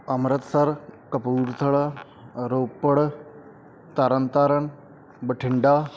Amritsar Kapurthala Ropar Tarn Taran Bathinda